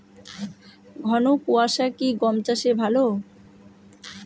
ঘন কোয়াশা কি গম চাষে ভালো?